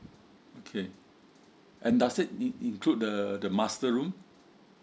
okay and does it in~ In~ include the the master room